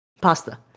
Pasta